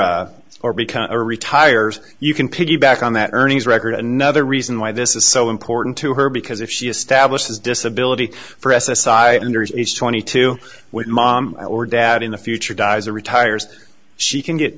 or or become a retires you can piggyback on that earnings record another reason why this is so important to her because if she establishes disability for s s i under age twenty two when mom or dad in the future dies or retires she can get